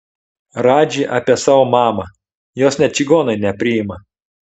radži apie savo mamą jos net čigonai nepriima